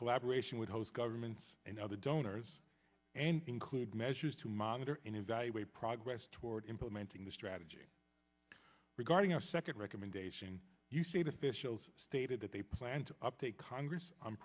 collaboration with host governments and other donors and include measures to monitor and evaluate progress toward implementing the strategy regarding our second recommendation you see it officials stated that they plan to update congress